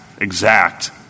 exact